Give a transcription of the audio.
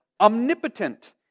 Omnipotent